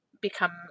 become